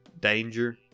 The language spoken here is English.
danger